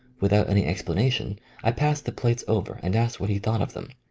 without any explanation i passed the plates over and asked what he thought of them.